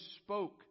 spoke